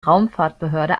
raumfahrtbehörde